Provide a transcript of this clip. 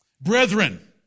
Brethren